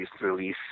release